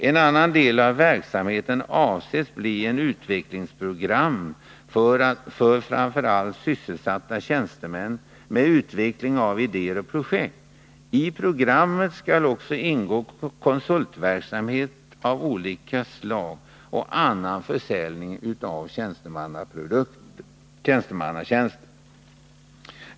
En annan del av verksamheten avses bli ett utvecklingsprogram för att framför allt sysselsätta tjänstemän med utveckling av idéer och projekt. I programmet skall också ingå konsultverksamhet av olika slag och annan försäljning av tjänstemannatjänster.